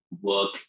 work